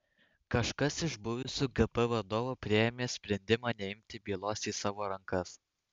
kažkas iš buvusių gp vadovų priėmė sprendimą neimti bylos į savo rankas